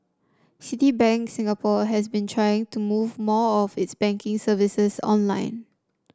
Citibank Singapore has been trying to move more of its banking services online